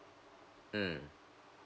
mm